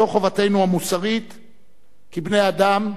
זו חובתנו המוסרית כבני-אדם,